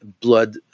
blood